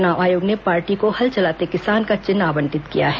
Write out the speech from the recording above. चुनाव आयोग ने पार्टी को हल चलाते किसान का चिन्ह आवंटित किया है